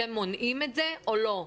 אתם מונעים את זה או לא?